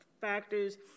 factors